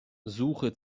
suche